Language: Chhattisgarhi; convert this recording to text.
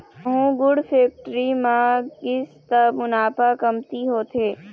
कहूँ गुड़ फेक्टरी म गिस त मुनाफा कमती होथे